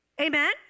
Amen